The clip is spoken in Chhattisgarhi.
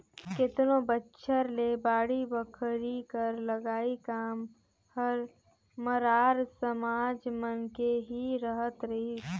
केतनो बछर ले बाड़ी बखरी कर लगई काम हर मरार समाज मन के ही रहत रहिस